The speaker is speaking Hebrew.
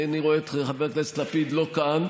אינני רואה את חבר הכנסת לפיד לא כאן,